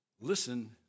Listen